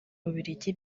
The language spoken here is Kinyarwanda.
bubiligi